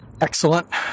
excellent